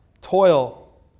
Toil